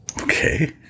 Okay